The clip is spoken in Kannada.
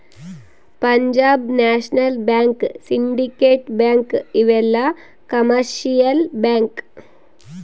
Punjab national bank syndicate bank ಇವೆಲ್ಲ ಕಮರ್ಶಿಯಲ್ ಬ್ಯಾಂಕ್